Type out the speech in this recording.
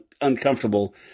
uncomfortable